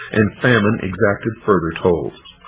and famine exacted further tolls.